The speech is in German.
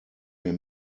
wir